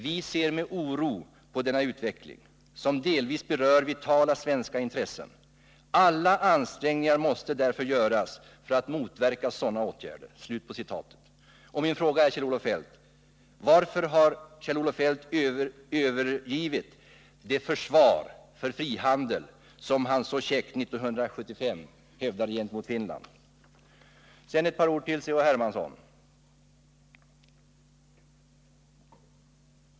Vi ser med oro på denna utveckling, som delvis berör vitala svenska intressen. Alla ansträngningar måste därför göras för att motverka sådana åtgärder. Min fråga är: Varför har Kjell-Olof Feldt övergivit det försvar för frihandeln som han 1975 så käckt hävdade gentemot Finland? Sedan ett par ord till Carl-Henrik Hermansson.